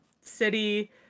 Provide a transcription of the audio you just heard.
city